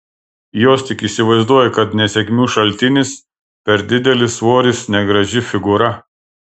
jos tik įsivaizduoja kad nesėkmių šaltinis per didelis svoris negraži figūra